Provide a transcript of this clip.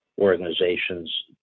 organizations